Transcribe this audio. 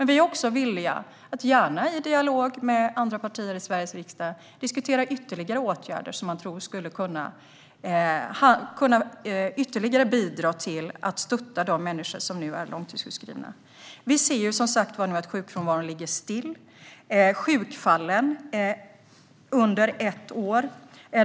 Vi är villiga att, gärna i dialog med andra partier i Sveriges riksdag, diskutera ytterligare åtgärder som man tror skulle kunna bidra till att stötta de människor som nu är långtidssjukskrivna ytterligare. Vi ser som sagt att sjukfrånvaron ligger still nu.